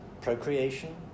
procreation